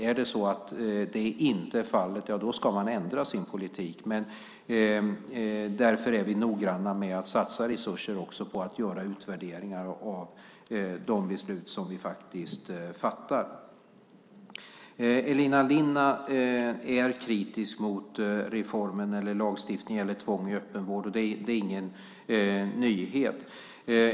Är så inte fallet ska man ändra sin politik. Men därför är vi noggranna med att satsa resurser också på att göra utvärderingar av de beslut som vi faktiskt fattar. Elina Linna är kritisk mot reformen eller lagstiftningen när det gäller tvång i öppen vård. Det är ingen nyhet.